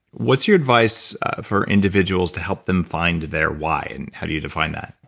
what's your advice for individuals to help them find their why and how do you define that?